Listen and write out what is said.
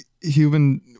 human